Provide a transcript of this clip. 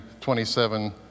27